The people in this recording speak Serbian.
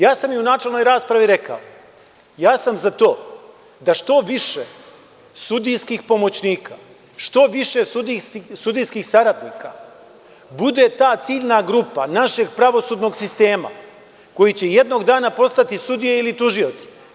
Ja sam i u načelnoj raspravi rekao, ja sam za to da što više sudijskih pomoćnika, što više sudijskih saradnika, bude ta ciljna grupa našeg pravosudnog sistema, koja će jednog dana postati sudije ili tužioci.